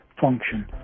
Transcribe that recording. function